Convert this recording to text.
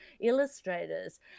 illustrators